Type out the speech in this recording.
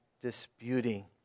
disputing